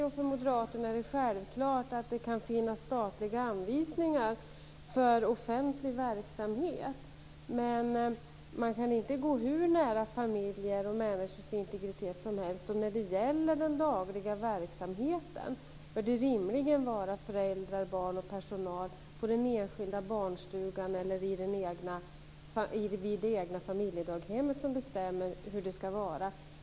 För mig och moderaterna är det självklart att det kan finnas statliga anvisningar för en offentlig verksamhet, men man kan inte gå hur nära familjers och människors integritet som helst. När det gäller den dagliga verksamheten bör det rimligen vara föräldrar, barn och personal på den enskilda barnstugan eller det egna familjedaghemmet som bestämmer hur det skall vara.